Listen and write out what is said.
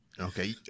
Okay